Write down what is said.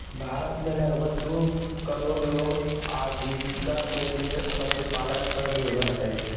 भारत में लगभग दू करोड़ लोग आजीविका के लिये पशुपालन पर निर्भर हइ